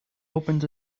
opened